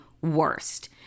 worst